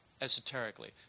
esoterically